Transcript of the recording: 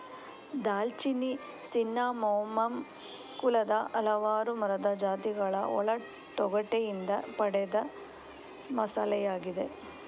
ದಾಲ್ಚಿನ್ನಿ ಸಿನ್ನಮೋಮಮ್ ಕುಲದ ಹಲವಾರು ಮರದ ಜಾತಿಗಳ ಒಳ ತೊಗಟೆಯಿಂದ ಪಡೆದ ಮಸಾಲೆಯಾಗಿದೆ